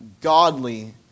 godly